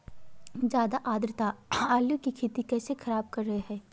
ज्यादा आद्रता आलू की खेती कैसे खराब कर रहे हैं?